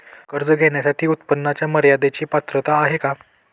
कर्ज घेण्यासाठी उत्पन्नाच्या मर्यदेची पात्रता आहे का?